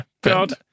God